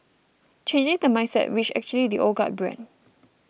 changing the mindset which actually the old guard bred